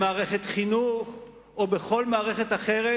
במערכת החינוך או בכל מערכת אחרת,